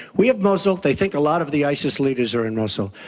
we have mosul, they think a lot of the isis leaders are in mosul.